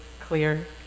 clear